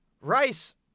Rice